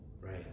right